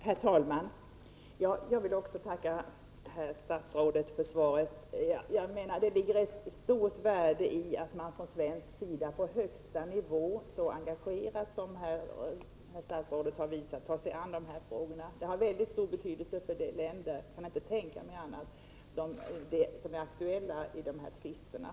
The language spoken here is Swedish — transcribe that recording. Herr talman! Även jag vill tacka herr statsrådet för svaret. Det ligger ett stort värde i att man från svensk sida på högsta nivå och så engagerat tar sig an de här frågorna. Jag kan inte tänka mig annat än att det har en väldigt stor betydelse för de länder som är aktuella i de här tvisterna.